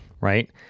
Right